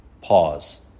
pause